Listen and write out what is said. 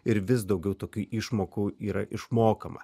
ir vis daugiau tokių išmokų yra išmokama